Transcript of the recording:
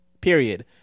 period